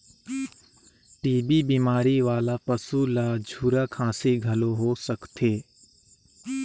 TB बेमारी वाला पसू ल झूरा खांसी घलो हो सकथे